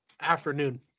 Afternoon